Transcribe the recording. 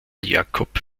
jacob